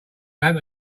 lamp